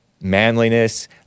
manliness